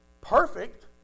perfect